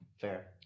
fair